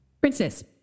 Princess